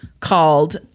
called